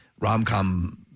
rom-com